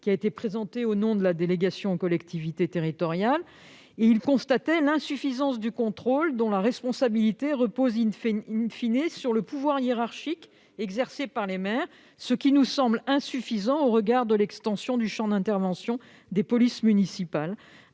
intérieure présenté au nom de la délégation aux collectivités territoriales. Ces derniers constataient l'insuffisance du contrôle dont la responsabilité repose,, sur le pouvoir hiérarchique exercé par les maires, ce qui est insuffisant au regard de l'extension du champ d'intervention des polices municipales